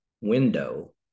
window